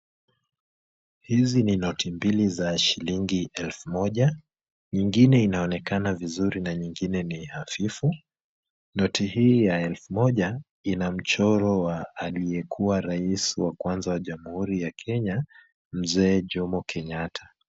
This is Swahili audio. Hizi ni noti mbili za shilingi elfu moja, nyingine inaonekana vizuri na nyingine ni hafifu. Noti hii ya elfu moja ina mchoro wa aliyekuwa rais wa kwanza wa jamuhuri ya Kenya Mzee Jomo Kenyatta.